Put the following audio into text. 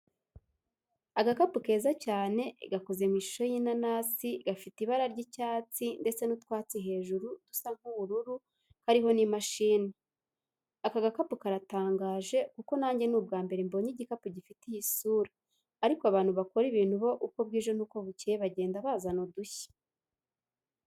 Agakapu keza cyane gakoze mu ishusho y'inanasi gafite ibara ry'icyatsi ndetse n'utwatsi hejuru dusa nk'ubururu, kariho n'imashini. Aka gakapu karatangaje kuko nange ni ubwa mbere mbonye igikapu gifite iyi sura ariko abantu bakora ibintu bo uko bwije n'uko bukeye bagenda bazana udushya.